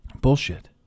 Bullshit